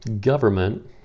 government